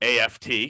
AFT